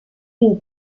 une